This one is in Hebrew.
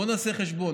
בוא נעשה חשבון.